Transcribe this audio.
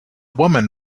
woman